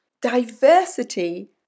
diversity